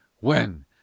When